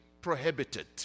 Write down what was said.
prohibited